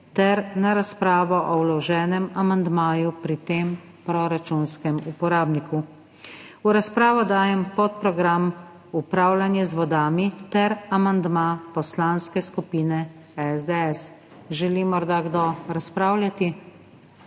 ter na razpravo o vloženem amandmaju pri tem proračunskem uporabniku. V razpravo dajem podprogram Upravljanje z vodami ter amandma Poslanske skupine SDS. Želi morda kdo razpravljati?